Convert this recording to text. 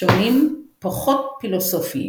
שונים פחות פילוסופיים.